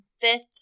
fifth